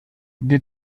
der